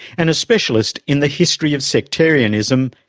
and a specialist in the history of sectarianism,